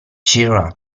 cheer